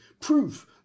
proof